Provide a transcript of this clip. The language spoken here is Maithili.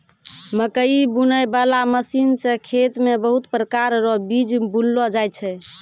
मकैइ बुनै बाला मशीन से खेत मे बहुत प्रकार रो बीज बुनलो जाय छै